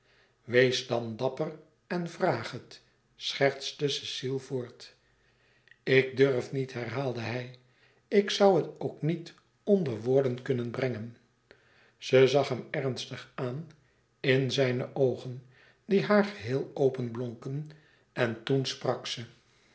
wees dan dapper en vraag het schertste cecile voort ik durf niet herhaalde hij ik zoû het ook niet onder woorden kunnen brengen ze zag hem ernstig aan in zijne oogen die haar geheel openblonken en toen sprak ze